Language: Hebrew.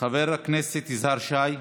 חבר הכנסת יזהר שי,